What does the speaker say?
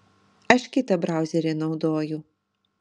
aš kitą brauserį naudoju